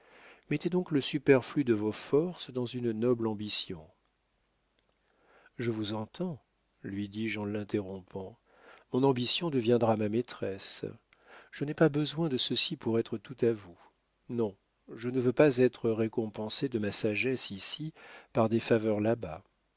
mettez donc le superflu de vos forces dans une noble ambition je vous entends lui dis-je en l'interrompant mon ambition deviendra ma maîtresse je n'ai pas besoin de ceci pour être tout à vous non je ne veux pas être récompensé de ma sagesse ici par des faveurs là-bas